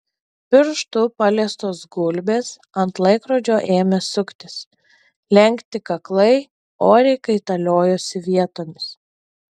pirštu paliestos gulbės ant laikrodžio ėmė suktis lenkti kaklai oriai kaitaliojosi vietomis